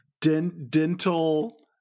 Dental